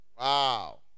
Wow